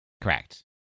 Correct